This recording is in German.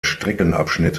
streckenabschnitt